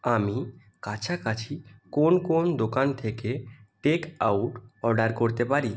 আমি কাছাকাছি কোন কোন দোকান থেকে টেক আউট অর্ডার করতে পারি